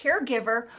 caregiver